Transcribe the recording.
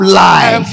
life